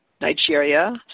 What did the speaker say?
Nigeria